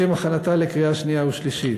לשם הכנתה לקריאה שנייה ושלישית.